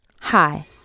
hi